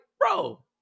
bro